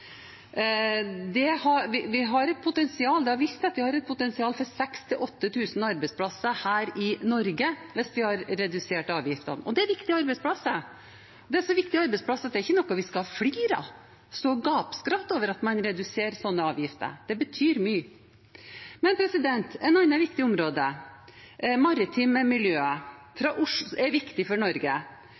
Det har vist seg å ha et potensial på 6 000–8 000 arbeidsplasser her i Norge når vi har redusert avgiftene. Det er viktige arbeidsplasser, så viktige arbeidsplasser at det ikke er noe vi skal flire av, stå å gapskratte over at man reduserer disse avgiftene. Det betyr mye. Et annet viktig område for Norge er maritime miljøer. Fra Oslofjorden til Kirkenes er det den type aktivitet. Den sysselsetter over 80 000 mennesker og skaper verdier for